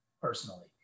personally